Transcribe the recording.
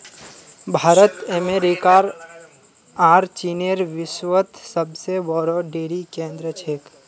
भारत अमेरिकार आर चीनेर विश्वत सबसे बोरो डेरी केंद्र छेक